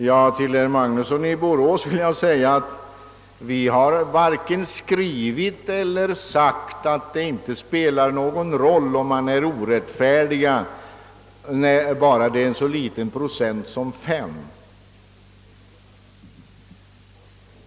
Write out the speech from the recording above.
Herr talman! För herr Magnusson i Borås vill jag framhålla, att vi varken skrivit eller sagt att det inte spelar någon roll om man är orättfärdig bara det drabbar ett så litet antal villaägare som 5 procent.